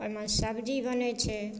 ओहिमे सब्जी बनैत छै